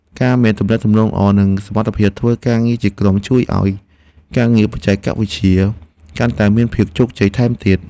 ការមានទំនាក់ទំនងល្អនិងសមត្ថភាពធ្វើការងារជាក្រុម ជួយឱ្យការងារបច្ចេកវិទ្យាកាន់តែមានភាពជោគជ័យថែមទៀត។